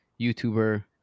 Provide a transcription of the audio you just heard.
YouTuber